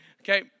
okay